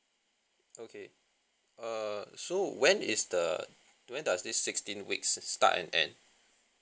okay err so when is the when does this sixteen weeks start and end